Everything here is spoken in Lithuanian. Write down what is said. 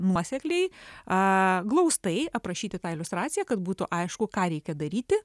nuosekliai a glaustai aprašyti tą iliustraiją kad būtų aišku ką reikia daryti